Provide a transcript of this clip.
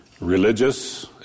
religious